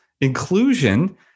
inclusion